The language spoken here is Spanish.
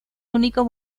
único